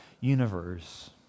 universe